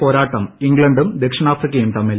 പോരാട്ടം ഇംഗ്ലണ്ടും ദക്ഷിണാഫ്രിക്കയും തമ്മിൽ